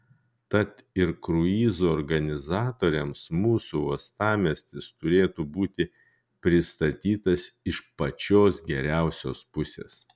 tad ir kruizų organizatoriams mūsų uostamiestis turėtų būti pristatytas iš pačios geriausios pusės